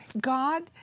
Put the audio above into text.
God